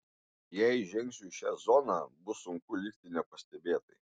jei įžengsiu į šią zoną bus sunku likti nepastebėtai